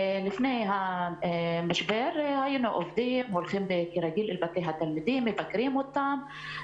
לפני המשבר היינו עובדים והולכים כרגיל לבתי התלמידים ומבקרים אותם.